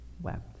wept